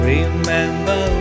Remember